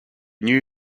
new